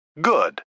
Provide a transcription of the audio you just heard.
Good